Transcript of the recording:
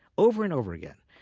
over and over again,